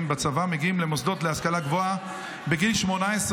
בצבא מגיעים למוסדות להשכלה גבוהה בגיל 18,